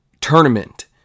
tournament